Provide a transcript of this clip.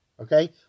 okay